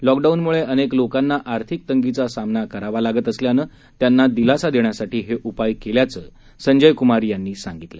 lock down म्ले अनेक लोकांना आर्थिक तंगीचा सामना करावा लागत असल्यानं त्यांना दिलासा देण्यासाठी हे उपाय केल्याचं संजय क्मार यांनी सांगितलं